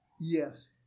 Yes